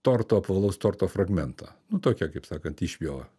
torto apvalaus torto fragmentą nu tokią kaip sakant išpjovą